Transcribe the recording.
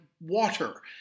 water